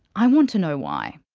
i want to know why.